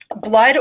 blood